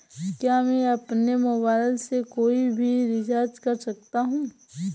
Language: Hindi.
क्या मैं अपने मोबाइल से कोई भी रिचार्ज कर सकता हूँ?